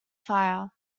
fire